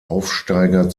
aufsteiger